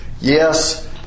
Yes